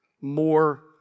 more